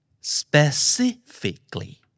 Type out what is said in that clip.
Specifically